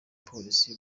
polisi